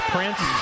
Prince